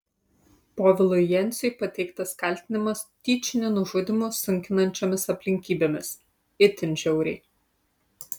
povilui jenciui pateiktas kaltinimas tyčiniu nužudymu sunkinančiomis aplinkybėmis itin žiauriai